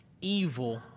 evil